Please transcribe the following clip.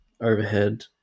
overhead